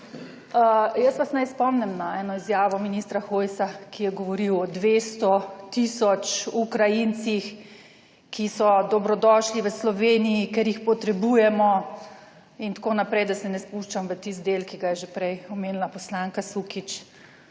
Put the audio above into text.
Jaz vas naj spomnim na eno izjavo ministra Hojsa, ki je govoril o 200 tisoč Ukrajincih, ki so dobrodošli v Sloveniji, ker jih potrebujemo in tako naprej, da se ne spuščam v tisti del, ki ga je že prej omenila poslanka Sukič,